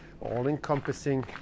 all-encompassing